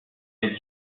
les